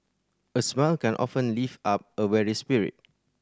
a smile can often lift up a weary spirit